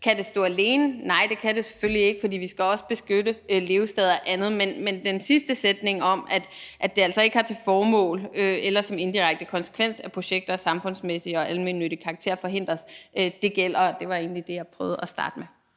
Kan det stå alene? Nej, det kan det selvfølgelig ikke, for vi skal også beskytte levesteder og andet. Men den sidste sætning om, at det altså ikke har til formål eller den indirekte konsekvens, at projekter af samfundsmæssig og almennyttig karakter forhindres, gælder. Og det var egentlig det, jeg prøvede at starte med.